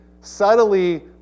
subtly